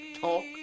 talk